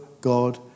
God